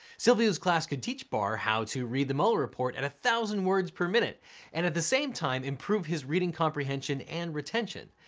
silviu's class could teach barr how to read the mueller report at a thousand words per minute and at the same time, improve his reading comprehension and retention.